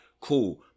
Cool